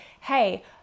hey